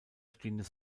stehendes